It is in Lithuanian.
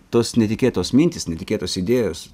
tos netikėtos mintys netikėtos idėjos